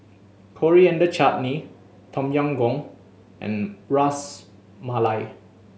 Coriander Chutney Tom Yam Goong and Ras Malai